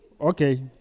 Okay